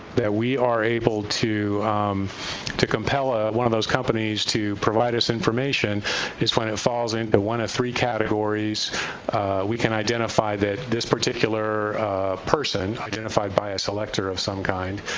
that we are able to um to compel ah one of those companies to provide us information is when it falls into one of three categories we can identify that this particular person, identified by a selector of some kind,